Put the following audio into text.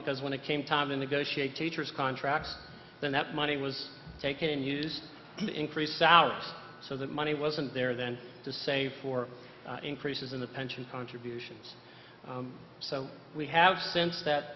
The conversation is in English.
because when it came time to negotiate teachers contracts then that money was taken and used to increase our so that money wasn't there then to save for increases in the pension contributions so we have since that